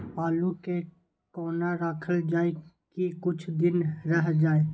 आलू के कोना राखल जाय की कुछ दिन रह जाय?